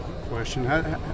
question